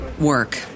work